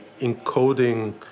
encoding